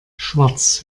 schwarz